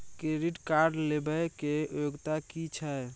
Credit card लेबै के योग्यता कि छै?